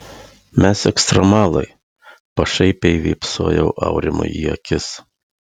mes ekstremalai pašaipiai vypsojau aurimui į akis